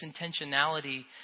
intentionality